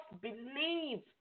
believe